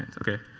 okay.